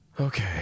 Okay